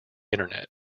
internet